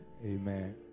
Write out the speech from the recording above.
Amen